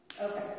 Okay